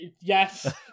Yes